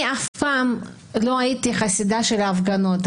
אני אף פעם לא הייתי חסידה של הפגנות.